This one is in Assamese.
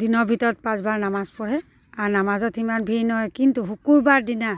দিনৰ ভিতৰত পাঁচবাৰ নামাজ পঢ়ে আৰু নামাজত সিমান ভিৰ নহয় কিন্তু শুকুৰবাৰ দিনা